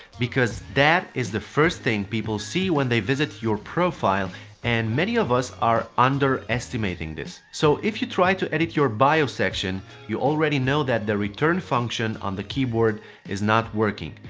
because that is the first thing people see when they visit your profile and many of us are underestimating this. so if you tried to edit your bio section you already know that the return function on the keyboard is not working.